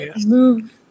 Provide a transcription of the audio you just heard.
move